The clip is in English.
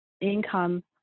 income